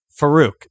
Farouk